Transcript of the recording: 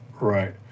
Right